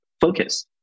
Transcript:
focus